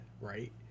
right